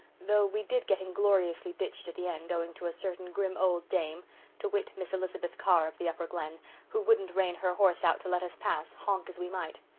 though we did get ingloriously ditched at the end, owing to a certain grim old dame to wit, miss elizabeth carr of the upper glen who wouldn't rein her horse out to let us pass, honk as we might.